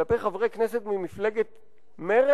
כלפי חברי כנסת מתנועת מרצ,